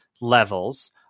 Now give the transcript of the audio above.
levels